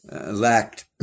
lacked